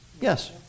Yes